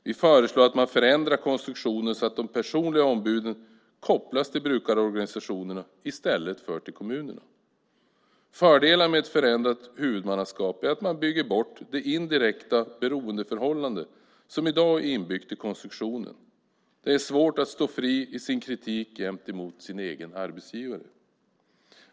Vi föreslår att man förändrar konstruktionen så att de personliga ombuden kopplas till brukarorganisationerna i stället för till kommunerna. Fördelar med förändrat huvudmannaskap är att man bygger bort det indirekta beroendeförhållande som i dag är inbyggt i konstruktionen. Det är svårt att stå fri i sin kritik gentemot sin egen arbetsgivare.